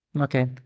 Okay